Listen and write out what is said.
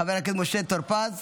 חבר הכנסת משה טור פז,